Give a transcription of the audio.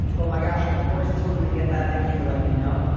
oh, my gosh. of course. totally get that. thank you for letting me know.